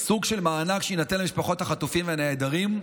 סוג של מענק שיינתן למשפחות החטופים והנעדרים.